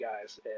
guys